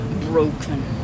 broken